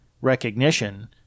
Recognition